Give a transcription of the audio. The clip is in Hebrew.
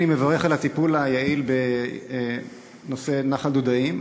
אני מברך על הטיפול היעיל בנושא נחל דודאים.